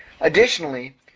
Additionally